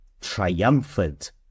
triumphant